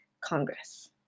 Congress